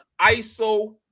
ISO